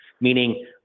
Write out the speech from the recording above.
meaning